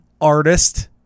artist